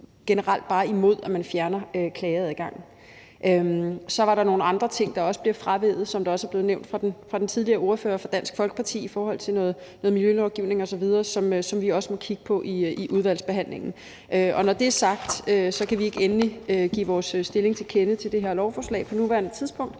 generelt bare imod, at man fjerner klageadgangen. Så er der også nogle andre ting, der bliver fraveget, hvilket også blev nævnt af ordføreren fra Dansk Folkeparti, i forhold til noget miljølovgivning osv., som vi også må kigge på i udvalgsbehandlingen. Når det er sagt, kan jeg sige, at vi ikke på nuværende tidspunkt